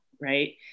right